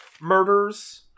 murders